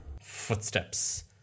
footsteps